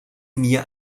mir